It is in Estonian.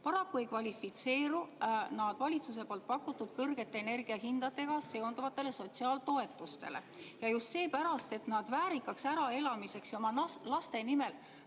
paraku ei kvalifitseeru valitsuse pakutud kõrgete energiahindadega seonduvatele sotsiaaltoetustele just seepärast, et nad väärikaks äraelamiseks ja oma laste nimel